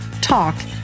talk